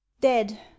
dead